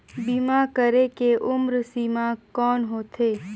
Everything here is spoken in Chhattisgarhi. बीमा करे के उम्र सीमा कौन होथे?